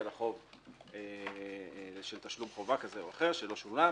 לה חוב של תשלום חובה כזה או אחר שלא שולם,